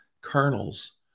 kernels